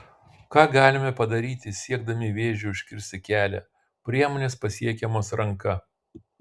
ką galime padaryti siekdami vėžiui užkirsti kelią priemonės pasiekiamos ranka